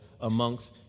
amongst